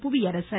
Puviyarasan